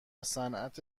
صنعت